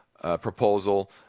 proposal